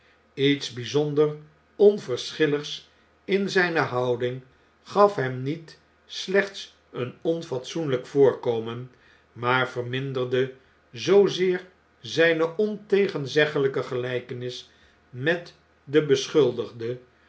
lets bjjzonder onverschilligs in zjjne houding gaf hem niet slechts een onfatsoenlijk voorkomen maar verminderde zoozeer zjjne ontegenzeggeljjke gelpenis met den beschuldigde